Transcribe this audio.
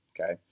Okay